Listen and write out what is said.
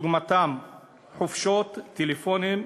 ודוגמתם חופשות, טלפונים,